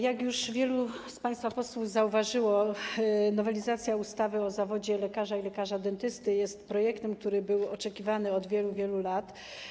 Jak już wielu z państwa posłów zauważyło, nowelizacja ustawy o zawodach lekarza i lekarza dentysty jest projektem, który był oczekiwany od wielu, wielu lat.